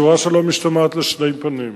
בצורה שלא משתמעת לשתי פנים,